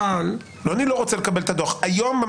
--- היום,